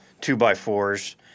two-by-fours